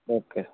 okay